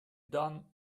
done